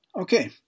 Okay